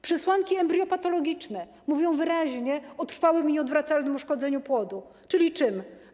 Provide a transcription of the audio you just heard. Przesłanki embriopatologiczne mówią wyraźnie o trwałym i nieodwracalnym uszkodzeniu płodu, czyli czym?